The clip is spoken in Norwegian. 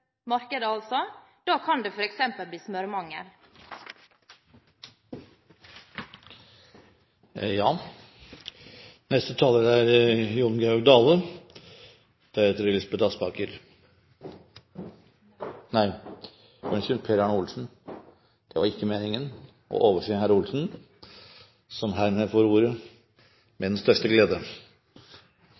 markedet styres, kan det f.eks. bli smørmangel. Neste taler er representanten Jon Georg Dale, deretter Elisabeth Aspaker – nei, unnskyld, det er representanten Per Arne Olsen. Det var ikke meningen å overse hr. Olsen, som herved får ordet – med største glede.